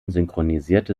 synchronisierte